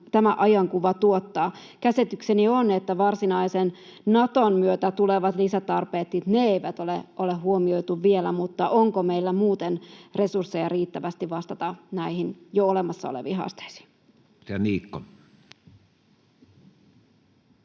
tämä ajankuva tuottaa. Käsitykseni on, että varsinaisen Naton myötä tulevia lisätarpeita ei ole huomioitu vielä, mutta onko meillä muuten resursseja riittävästi vastata näihin jo olemassa oleviin haasteisiin?